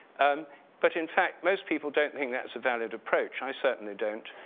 and but in fact, most people don't think that's a valid approach, i certainly don't.